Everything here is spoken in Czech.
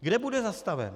Kde bude zastaven?